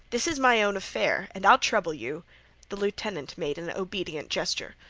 this is my own affair, and i'll trouble you the lieutenant made an obedient gesture.